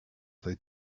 that